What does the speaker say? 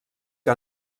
que